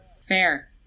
Fair